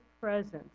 presence